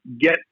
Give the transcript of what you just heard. get